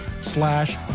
slash